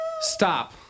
Stop